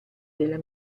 della